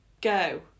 Go